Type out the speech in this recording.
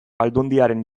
aldundiaren